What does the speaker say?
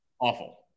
Awful